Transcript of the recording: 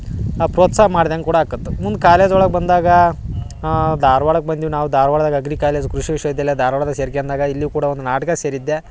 ನಾವು ಪ್ರೋತ್ಸಾಹ ಮಾಡ್ದಂಗೆ ಕೂಡ ಆಕ್ಕತ್ತು ಮುಂದೆ ಕಾಲೇಜೊಳಗ ಬಂದಾಗ ಧಾರವಾಡಕ್ಕೆ ಬಂದಿವಿ ನಾವು ಧಾರವಾಡದಾಗ ಅಗ್ರಿ ಕಾಲೇಜ್ ಕೃಷಿ ವಿಶ್ವ ವಿದ್ಯಾಲಯ ಧಾರ್ವಾಡ್ದಾಗ ಸೇರ್ಕಂದ್ಯಾಗ ಇಲ್ಲಿ ಕೂಡ ಒಂದು ನಾಟಕ ಸೇರಿದ್ದೆ